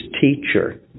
teacher